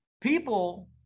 people